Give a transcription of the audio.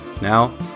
Now